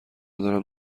دارم